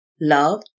love